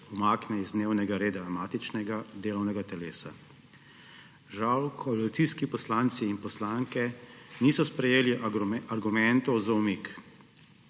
umakne z dnevnega reda matičnega delovnega telesa. Žal koalicijski poslanci in poslanke niso sprejeli argumentov za umik.